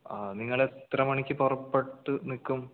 ആ നിങ്ങൾ എത്ര മണിക്ക് പുറപ്പെട്ട് നിൽക്കും